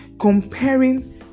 comparing